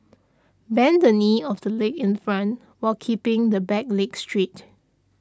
bend the knee of the leg in front while keeping the back leg straight